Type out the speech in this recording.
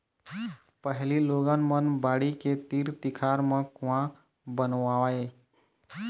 पहिली लोगन मन बाड़ी के तीर तिखार म कुँआ बनवावय